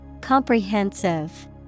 Comprehensive